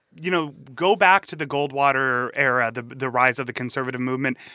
you know, go back to the goldwater era, the the rise of the conservative movement.